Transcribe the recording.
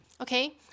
okay